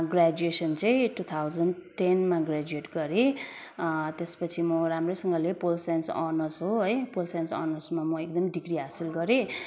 graduation चाहिँ two thousand टेनमा graduate गरेँ त्यसपछि म राम्रैसँगले पोल साइन्स अनर्स हो है पोल साइन्स अनर्समा म एकदम डिग्री हासिल गरेँ